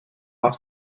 off